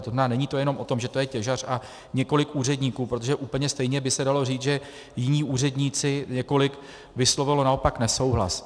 To znamená, není to jenom o tom, že to je těžař a několik úředníků, protože úplně stejně by se dalo říct, že jiní úředníci, několik vyslovilo naopak nesouhlas.